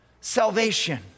Salvation